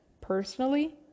personally